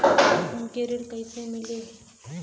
हमके ऋण कईसे मिली?